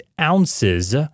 ounces